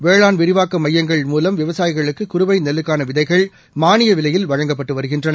வேளாண் விரிவாக்கமையங்கள் விவசாயிகளுக்குகுறுவைநெல்லுக்கானவிதைகள் மூலம் மானியவிலையில் வழங்கப்பட்டுவருகின்றன